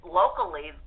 locally